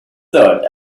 thought